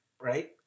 right